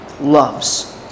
loves